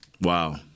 wow